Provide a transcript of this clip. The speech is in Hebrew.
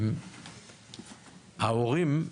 ההורים,